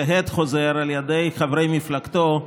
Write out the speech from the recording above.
הד חוזר על ידי חברי מפלגתו,